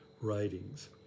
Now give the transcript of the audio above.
writings